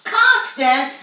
constant